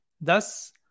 Thus